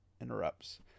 interrupts